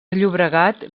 llobregat